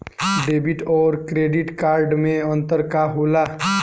Debit और credit card मे अंतर का होला?